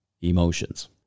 emotions